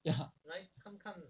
ya